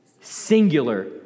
Singular